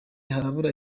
harabura